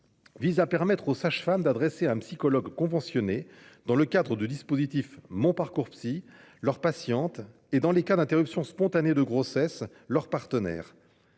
vise à permettre aux sages-femmes d'adresser leurs patientes à un psychologue conventionné, dans le cadre du dispositif MonParcoursPsy, et, dans les cas d'interruption spontanée de grossesse, leur partenaire.